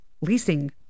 leasing